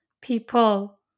people